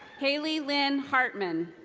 hailee lyn hartman.